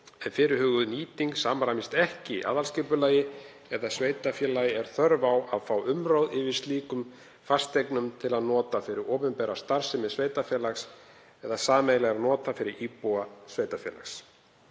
fyrirhuguð nýting samræmist ekki aðalskipulagi eða sveitarfélagi er þörf á að fá umráð yfir slíkum fasteignum til nota fyrir opinbera starfsemi sveitarfélags eða sameiginlegra nota fyrir íbúa sveitarfélags.